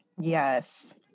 Yes